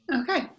Okay